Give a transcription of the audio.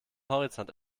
horizont